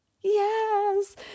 yes